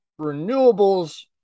renewables